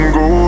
go